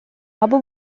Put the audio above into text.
або